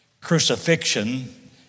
crucifixion